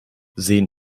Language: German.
sehen